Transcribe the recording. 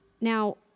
Now